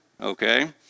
okay